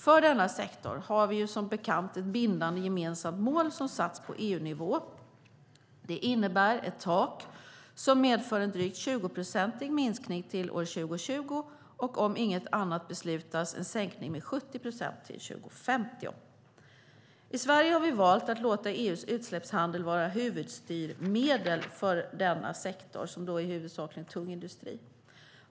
För denna sektor har vi ju som bekant ett bindande gemensamt mål som satts på EU-nivå. Det innebär ett tak som medför en drygt 20-procentig minskning till år 2020 och om inget annat beslutas en sänkning med 70 procent till 2050. I Sverige har vi valt att låta EU:s utsläppshandel vara huvudstyrmedel för denna sektor som huvudsakligen omfattar tung industri.